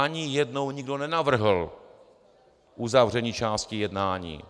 Ani jednou nikdo nenavrhl uzavření části jednání.